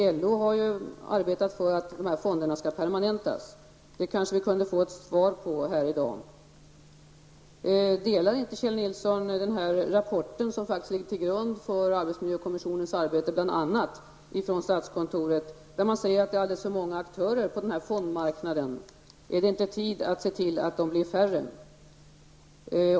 Vidare har LO arbetat på ett permanentande av de här fonderna. Vi kanske kan få ett besked här i dag om hur det förhåller sig i det avseendet. Delar inte Kjell Nilsson den uppfattning som kommer till uttryck i den aktuella rapporten, vilken faktiskt ligger till grund för arbetsmiljökommissionens arbete? Det gäller då bl.a. statskontoret. Man säger: Det är alldeles för många aktörer på den här fondmarknaden. Är det inte tid att se till att de blir färre?